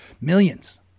millions